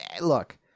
look